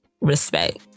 respect